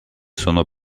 sono